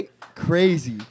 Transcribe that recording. Crazy